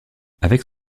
avec